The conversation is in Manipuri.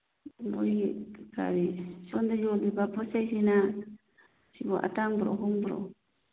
ꯅꯣꯏꯒꯤ ꯀꯔꯤ ꯁꯣꯟꯗ ꯌꯣꯜꯂꯤꯕ ꯄꯣꯠ ꯆꯩꯁꯤꯅ ꯁꯤꯕꯨ ꯑꯇꯥꯡꯕꯔꯣ ꯑꯍꯣꯡꯕꯔꯣ